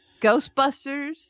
Ghostbusters